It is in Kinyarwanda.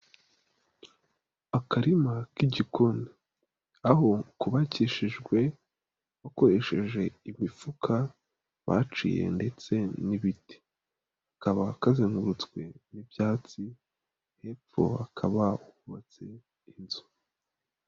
Akarima k'igikoni, aho kubakishijwe bakoresheje imifuka baciye ndetse n'ibiti. Kakaba kazengurutswe n'ibyatsi, hepfo hakaba hubatse inzu.